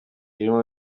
ibirimo